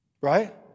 Right